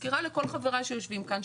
אני מזכירה לכל חבריי שיושבים כאן,